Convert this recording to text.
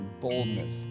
boldness